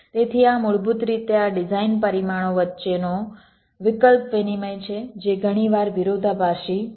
તેથી આ મૂળભૂત રીતે આ ડિઝાઇન પરિમાણો વચ્ચેનો વિકલ્પ વિનિમય છે જે ઘણીવાર વિરોધાભાસી હોય છે